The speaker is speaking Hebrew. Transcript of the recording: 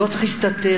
שלא צריך להסתתר.